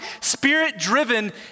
spirit-driven